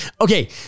Okay